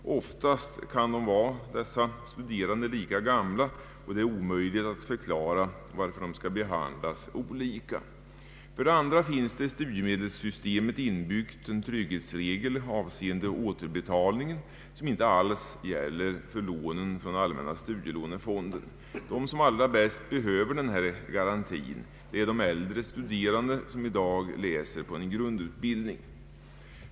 Ofta kan dessa studerande vara lika gamla, och det är omöjligt att förklara varför de skall behandlas olika. För det andra finns i studiemedelssystemet inbyggd en trygghetsregel avseende återbetalningen, en regel som inte alls gäller lån från allmänna studielånefonden. De som allra bäst behöver denna garanti är de äldre studerande som i dag läser på en grundutbildning.